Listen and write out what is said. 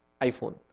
iPhone